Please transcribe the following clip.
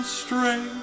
stray